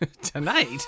Tonight